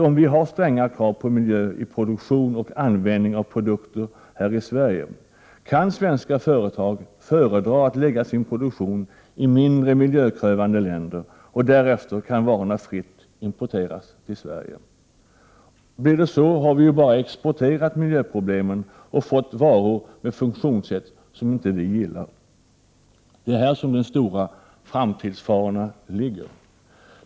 Om vi har stränga krav på miljön beträffande produktionen och användningen av olika produkter här i Sverige, kan således svenska företag föredra att lägga sin produktion i mindre miljökrävande länder. Därefter kan varorna fritt importeras till Sverige. Om det blir så, har vi ju bara exporterat miljöproblem och i stället fått varor med funktionssätt som vi inte gillar. Det är här som de stora farorna för framtiden ligger.